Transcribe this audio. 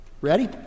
Ready